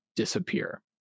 disappear